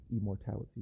immortality